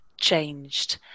changed